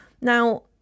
Now